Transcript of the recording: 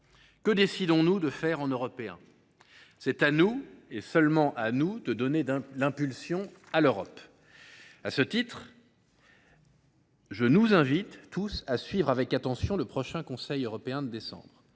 Que décidons nous de faire en Européens ? C’est à nous, et seulement à nous, de donner l’impulsion à l’Europe. À ce titre, je vous invite tous à suivre avec attention la prochaine réunion du Conseil européen, en décembre.